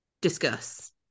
discuss